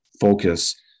focus